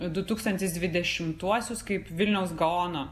du tūkstantis devidešimtuosius kaip vilniaus gaono